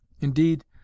indeed